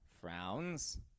frowns